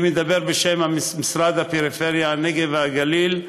שאני מדבר בשם משרד הפריפריה, הנגב והגליל,